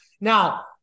Now